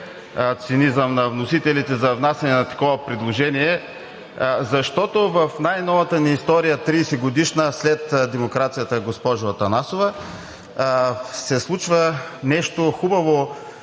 „цинизъм“ на вносителите за внасяне на такова предложение, защото в най-новата ни тридесетгодишна история след демокрацията, госпожо Атанасова, се случва нещо хубаво